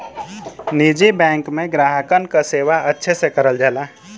निजी बैंक में ग्राहकन क सेवा अच्छे से करल जाला